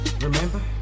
Remember